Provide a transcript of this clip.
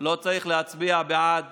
לא צריך להצביע בעד